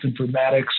Informatics